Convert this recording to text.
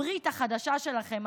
הברית החדשה שלכם,